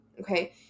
Okay